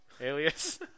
alias